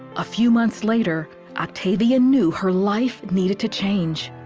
a few months later, octavia knew her life needed to change.